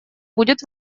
будет